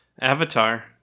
Avatar